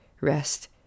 rest